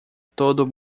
todo